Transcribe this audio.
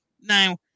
Now